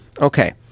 okay